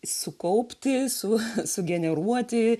sukaupti su sugeneruoti